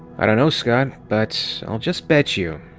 i don't know, scott. but i'll just bet you.